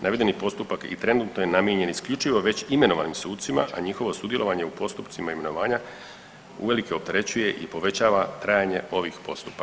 Navedeni postupak i trenutno je namijenjen isključivo već imenovanim sucima, a njihovo sudjelovanje u postupcima imenovanja uvelike opterećuje i povećava trajanje ovih postupaka.